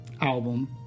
Album